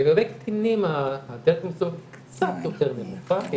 לגבי קטינים הדלת המסתובבת קצת יותר נמוכה כי